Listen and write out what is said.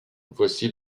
voici